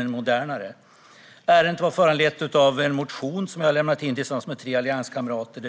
en modernare. Ärendet föranleddes av en motion som jag hade lämnat in tillsammans med tre allianskamrater.